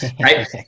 right